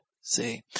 See